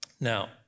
Now